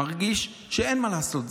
מרגיש שאין מה לעשות,